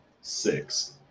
Six